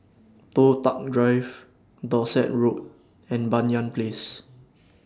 Toh Tuck Drive Dorset Road and Banyan Place